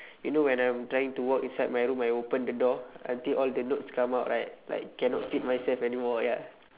you know when I'm trying to walk inside my room I open the door until all the notes come out right like cannot fit myself anymore ya